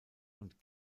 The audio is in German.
und